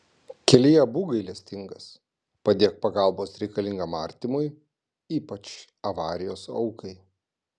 kelyje būk gailestingas padėk pagalbos reikalingam artimui ypač avarijos aukai